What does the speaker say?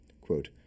Quote